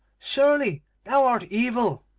surely thou art evil